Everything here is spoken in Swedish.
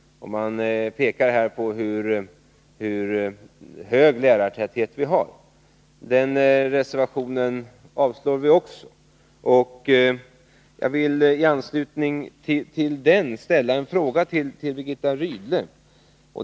Man pekar på hur hög lärartäthet vi har. Den reservationen avstyrker vi också, och jag vill i anslutning till den ställa en fråga till Birgitta Rydle.